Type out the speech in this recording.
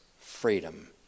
freedom